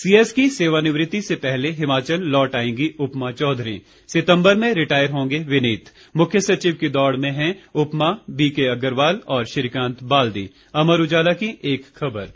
CS की सेवानिवृति से पहले हिमाचल लौट आएंगी उपमा चौधरी सितम्बर में रिटायर होंगे विनीत मुख्य सचिव की दौड़ में हैं उपमा वीके अग्रवाल और श्रीकांत बालदी अमर उजाला की एक खबर है